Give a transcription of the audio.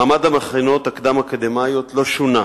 מעמד המכינות הקדם-אקדמיות לא שונה.